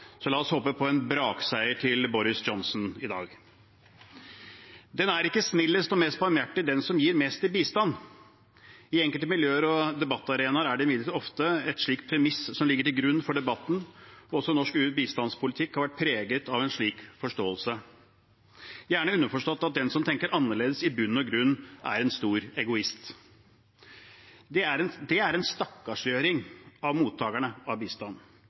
Så la oss håpe på en brakseier for Boris Johnson i dag. Den er ikke snillest og mest barmhjertig den som gir mest i bistand. I enkelte miljøer og på enkelte debattarenaer er det imidlertid ofte et slikt premiss som ligger til grunn for debatten. Også norsk bistandspolitikk har vært preget av en slik forståelse. Det er gjerne underforstått at den som tenker annerledes, i bunn og grunn er en stor egoist. Det er en stakkarsliggjøring av mottakerne av bistand.